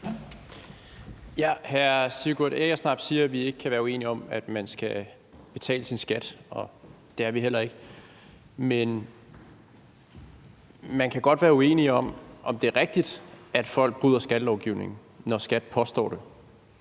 Hr. Sigurd Agersnap siger, at vi ikke kan være uenige om, at man skal betale sin skat. Det er vi heller ikke. Men man kan godt være uenige om, om det er rigtigt, at folk bryder skattelovgivningen, når skattemyndighederne